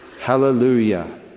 Hallelujah